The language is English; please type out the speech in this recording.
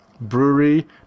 brewery